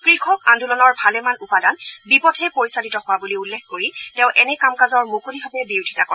কৃষক আন্দোলনৰ ভালেমান উপাদান বিপথে পৰিচালিত হোৱা বুলি উল্লেখ কৰি তেওঁ এনে কামকাজৰ মুকলিভাৱে বিৰোধিতা কৰে